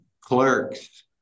Clerks